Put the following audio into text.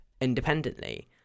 independently